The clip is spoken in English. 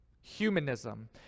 Humanism